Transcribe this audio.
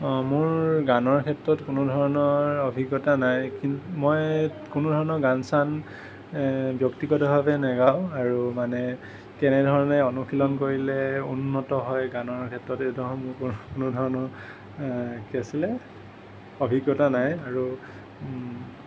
মোৰ গানৰ ক্ষেত্ৰত কোনো ধৰণৰ অভিজ্ঞতা নাই কিন মই কোনো ধৰণৰ গান চান ব্যক্তিগতভাৱে নাগাওঁ আৰু মানে কেনেধৰণে অনুশীলন কৰিলে উন্নত হয় গানৰ ক্ষেত্ৰত সেইটোৰ সম্পৰ্কত কোনো ধৰণৰ কি আছিলে অভিজ্ঞতা নাই আৰু